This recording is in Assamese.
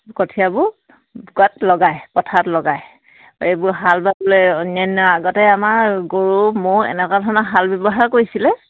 কঠিয়াবোৰ কোৱাত লগায় পথাৰত লগায় এইবোৰ হাল বাবলৈ অন্যান্য আগতে আমাৰ গৰু ম'হ এনেকুৱা ধৰণৰ হাল ব্যৱহাৰ কৰিছিলে